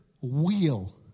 wheel